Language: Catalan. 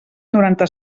noranta